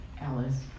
Alice